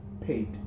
paid